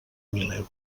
mil